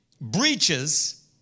breaches